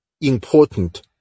important